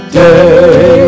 day